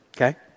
okay